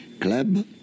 club